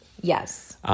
Yes